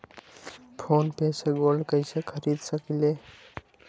Phone पे से gold कईसे खरीद सकीले?